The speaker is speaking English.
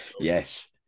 Yes